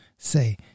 say